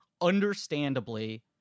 understandably